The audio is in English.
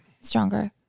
stronger